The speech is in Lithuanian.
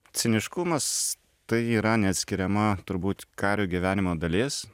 ciniškumas tai yra neatskiriama turbūt kario gyvenimo dalis